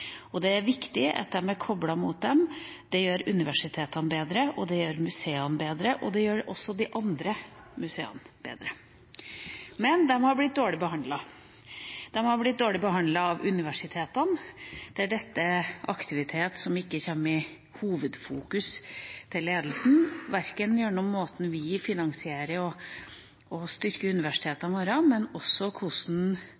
Det er viktig at de er koblet mot dem. Det gjør universitetene bedre, det gjør museene bedre, og det gjør også de andre museene bedre. Men de har blitt dårlig behandlet. De har blitt dårlig behandlet av universitetene, der dette er aktivitet som ikke er ledelsens hovedfokusering, verken gjennom måten vi finansierer og styrker universitetene våre på, eller hvordan